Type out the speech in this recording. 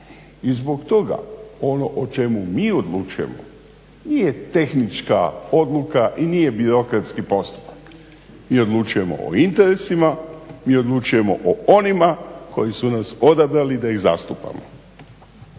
I zbog toga ono o čemu mi odlučujemo nije tehnička odluka i nije birokratski postupak. Mi odlučujemo o interesima, mi odlučujemo o onima koji su nas odabrali da ih zastupamo